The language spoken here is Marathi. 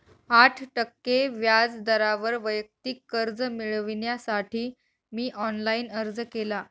आठ टक्के व्याज दरावर वैयक्तिक कर्ज मिळविण्यासाठी मी ऑनलाइन अर्ज केला